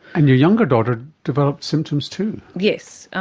and your younger daughter developed symptoms too. yes,